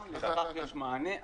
גם לכך יש מענה.